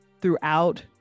throughout